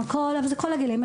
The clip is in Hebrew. זה כל הגילים.